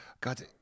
god